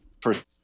first